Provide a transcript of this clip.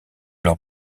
leur